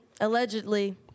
Allegedly